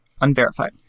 unverified